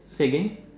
say again